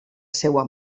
seua